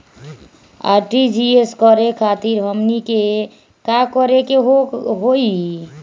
RTGS करे खातीर हमनी के का करे के हो ई?